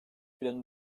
planı